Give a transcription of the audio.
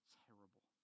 terrible